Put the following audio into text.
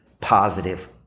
positive